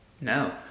No